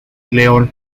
león